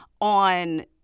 on